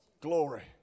Glory